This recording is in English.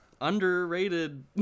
underrated